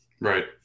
right